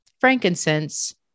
frankincense